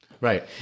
Right